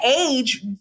age